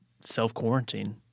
self-quarantine